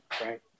right